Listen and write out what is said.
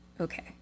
okay